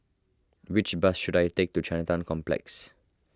which bus should I take to Chinatown Complex